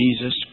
Jesus